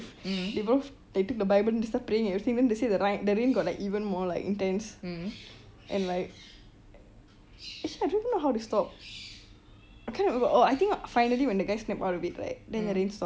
they both they took the bible and started praying and everything then they say the rai~ the rain got like even more like intense and like actually I don't even know how they stop I can't remember oh I think finally when the guy snap out of it right then the rain stop